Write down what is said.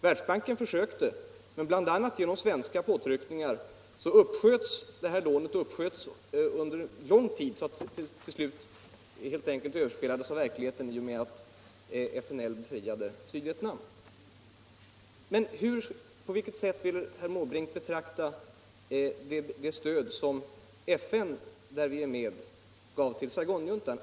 Världsbanken försökte, men bl.a. genom svenska påtryckningar uppsköts lånet under så lång tid att det till slut överspelades av verkligheten i och med att FNL befriade Sydvietnam. På vilket sätt vill herr Måbrink betrakta det stöd som FN -— där vi är med — gav till Saigonjuntan?